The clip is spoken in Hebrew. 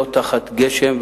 לא תחת גשם,